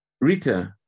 Rita